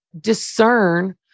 discern